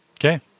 Okay